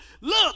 look